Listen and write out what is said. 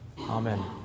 Amen